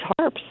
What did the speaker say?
tarps